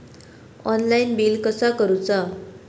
Online bill कसा करुचा?